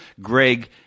Greg